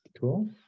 Cool